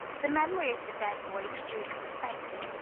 the memory of the dead boy was duly respected.